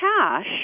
cash